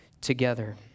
together